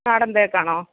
നാടൻ തേക്കാണോ